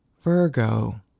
Virgo